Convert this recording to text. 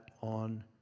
on